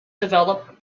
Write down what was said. develop